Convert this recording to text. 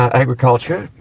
agriculture.